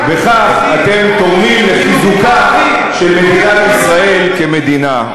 ובכך אתם תורמים לחיזוקה של מדינת ישראל כמדינה.